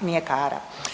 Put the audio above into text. mljekara.